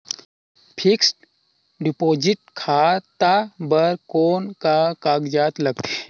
Fixed deposit खाता बर कौन का कागजात लगथे?